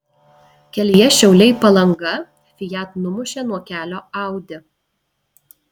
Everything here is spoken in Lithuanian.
kelyje šiauliai palanga fiat numušė nuo kelio audi